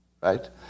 right